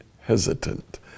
hesitant